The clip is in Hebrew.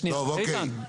טוב, אוקיי.